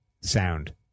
sound